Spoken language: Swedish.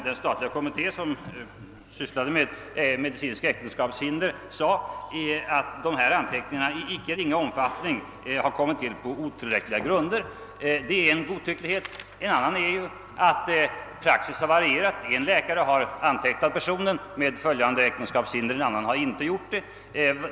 Den statliga kommitté som sysslat med frågan om fysiskt äktenskapshinder har förklarat, att anteckningarna i icke ringa omfattning har tillkommit på otillräckliga grunder. Det är alltså en godtycklighet. En annan är att praxis har varierat. Den ene läkaren har antecknat en person med äktenskapshinder, den andre har inte gjort det.